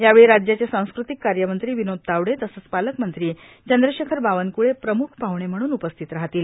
यावेळी राज्याचे सांस्कृतिक कार्यमंत्री विनोद तावडे तसंच पालकमंत्री चंद्रशेखर बावनक्ळे प्रम्ख पाहणे म्हणून उपस्थित राहतील